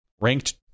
Ranked